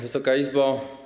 Wysoka Izbo!